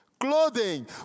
Clothing